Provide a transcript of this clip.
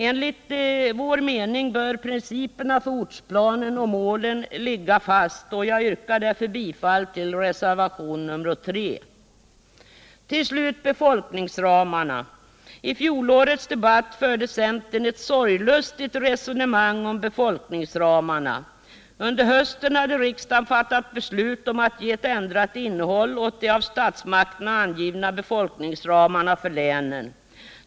Enligt vår åsikt bör principerna för ortsplanen och målen för denna ligga fasta, och jag yrkar därför bifall till reservationen 3. Till slut befolkningsramarna. I fjolårets debatt förde centern ett sorglustigt resonemang om dessa. Under hösten hade riksdagen fattat beslut om att ge ett ändrat innehåll åt de av statsmakterna angivna befolkningsramarna för länen.